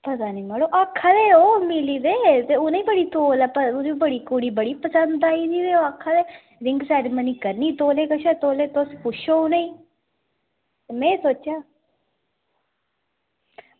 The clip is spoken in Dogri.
पता निं मड़ो आक्खा दे ओह् की मिली दे उ'नेंगी बड़ी तौल ऐ ते उनेंगी कुड़ी बड़ी पसंद आई दी ते ओह् आक्खा दे ते रिंग सेरेमनी करनी तौले कशा तौले पुच्छो तुस उनेंगी में सोचेआ